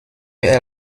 est